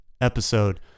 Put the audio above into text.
episode